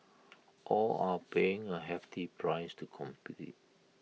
all are paying A hefty price to compete